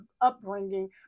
upbringing